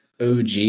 og